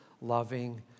loving